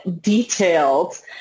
detailed